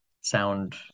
sound